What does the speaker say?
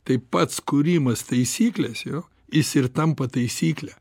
tai pats kūrimas taisyklės jo jis ir tampa taisykle